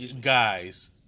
guys